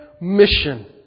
mission